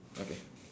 okay